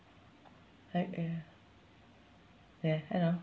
like ya yes I know